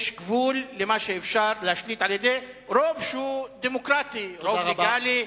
יש גבול למה שאפשר להשליט על-ידי רוב שהוא דמוקרטי ולגלי.